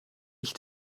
ich